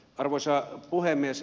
arvoisa puhemies